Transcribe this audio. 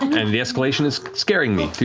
and the escalation is scaring me, to